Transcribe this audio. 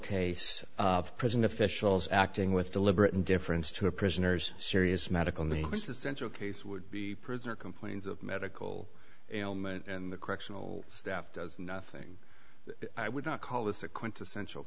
case of prison officials acting with deliberate indifference to a prisoner's serious medical needs to central case would be prisoner complains of medical ailment and the correctional staff does nothing i would not call this a quintessential